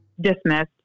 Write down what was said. dismissed